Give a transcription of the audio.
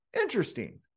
interesting